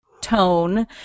tone